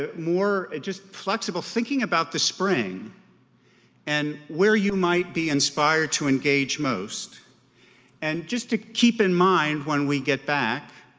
ah more just flexible thinking about the spring and where you might be inspired to engage most and just to keep in mind when we get back,